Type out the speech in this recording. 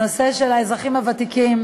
הנושא של האזרחים הוותיקים,